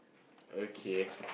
okay